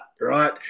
right